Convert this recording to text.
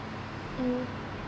mm